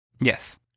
Yes